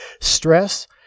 stress